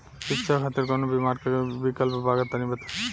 शिक्षा खातिर कौनो बीमा क विक्लप बा तनि बताई?